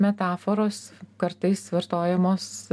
metaforos kartais vartojamos